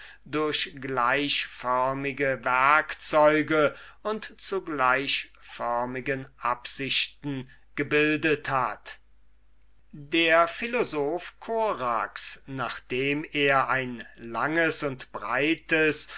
durch gleichförmige werkzeuge und zu gleichförmigen absichten gebildet hat der philosoph korax nachdem er ein langes und breites